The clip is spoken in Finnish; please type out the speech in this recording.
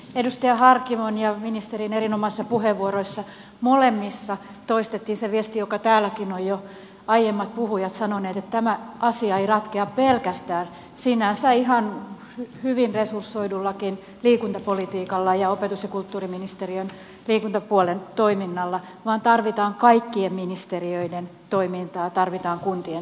edustaja harkimon ja ministerin erinomaisissa puheenvuoroissa molemmissa toistettiin se viesti jonka täälläkin ovat jo aiemmat puhujat sanoneet että tämä asia ei ratkea pelkästään sinänsä ihan hyvinkin resursoidulla liikuntapolitiikalla ja opetus ja kulttuuriministeriön liikuntapuolen toiminnalla vaan tarvitaan kaikkien ministeriöiden toimintaa tarvitaan kuntien toimintaa